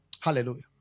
Hallelujah